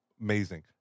Amazing